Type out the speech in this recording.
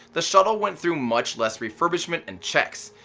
the shuttle went through much less refurbishment and checks.